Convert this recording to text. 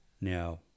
Now